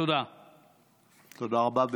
תודה רבה.